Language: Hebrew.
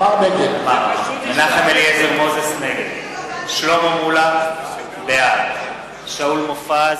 מנחם אליעזר מוזס, נגד שלמה מולה, בעד שאול מופז,